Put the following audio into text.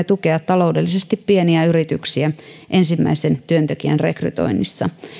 tukea taloudellisesti pieniä yrityksiä ensimmäisen työntekijän rekrytoinnissa